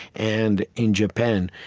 and in japan.